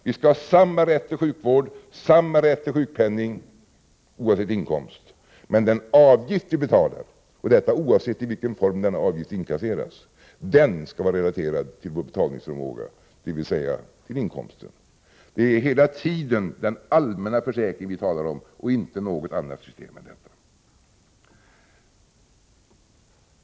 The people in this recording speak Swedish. Vi skall ha samma rätt till sjukvård, samma rätt till sjukpenning oavsett inkomst, men den avgift vi betalar — oavsett i vilken form den inkasseras — skall vara relaterad till vår betalningsförmåga, dvs. till inkomsten. Det är hela tiden den allmänna försäkringen vi talar om och inte något annat system än detta.